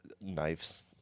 knives